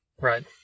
Right